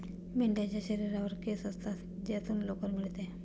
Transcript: मेंढ्यांच्या शरीरावर केस असतात ज्यातून लोकर मिळते